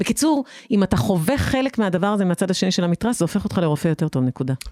בקיצור, אם אתה חווה חלק מהדבר הזה מהצד השני של המתרס, זה הופך אותך לרופא יותר טוב, נקודה.